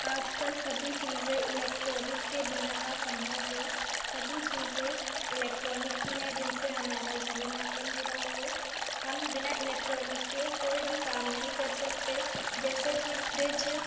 आज कल सभी चीज़ें इलेक्ट्रॉनिक के बिना असंभव है सभी चीज़ें इलेक्ट्रॉनिक की हैं जिनसे हमारा जीवनयापन हो रहा है हम बिना इलेक्ट्रॉनिक के कोई भी काम नहीं कर सकते जैसे कि फ़्रिज